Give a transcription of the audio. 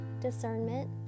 discernment